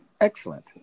Excellent